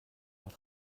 leur